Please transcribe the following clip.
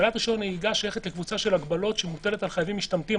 הגבלת רישיון נהיגה שייכת לקבוצה של הגבלות שמוטלת על חייבים משתמטים,